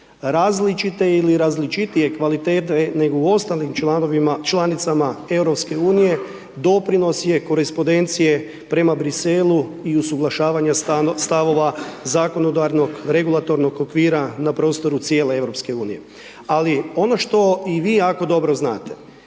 različite ili različitije kvalitete nego u ostalim članicama EU doprinos je korespondencije prema Bruxellesu i usuglašavanja stavova zakonodavnog regulatornog okvira na prostoru cijele EU. Ali ono što i vi jako dobro znate,